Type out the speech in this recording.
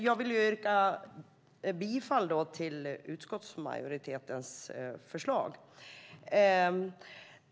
Jag vill yrka bifall till utskottsmajoritetens förslag.